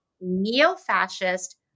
neo-fascist